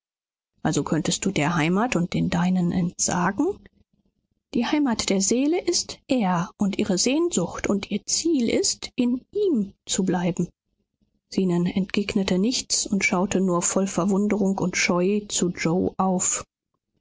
also könntest du der heimat und den deinen entsagen die heimat der seele ist er und ihre sehnsucht und ihr ziel ist in ihm zu bleiben zenon entgegnete nichts und schaute nur voll verwunderung und scheu zu yoe auf